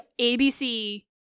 ABC